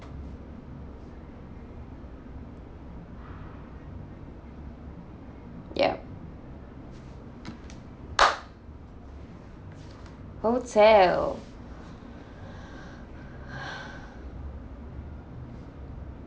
yup hotel